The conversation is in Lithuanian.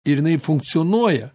ir jinai funkcionuoja